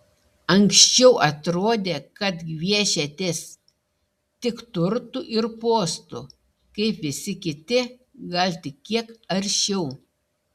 anksčiau atrodė kad gviešiatės tik turtų ir postų kaip visi kiti gal tik kiek aršiau